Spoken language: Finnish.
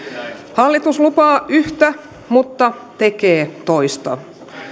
hallitus lupaa yhtä mutta tekee toista